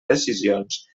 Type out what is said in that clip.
decisions